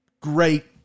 great